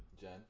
Jen